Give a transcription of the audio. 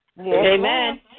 Amen